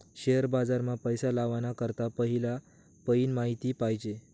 share बाजार मा पैसा लावाना करता पहिला पयीन माहिती पायजे